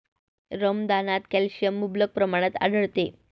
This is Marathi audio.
रमदानात कॅल्शियम मुबलक प्रमाणात आढळते